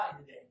today